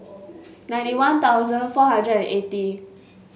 ninety One Thousand four hundred and eighty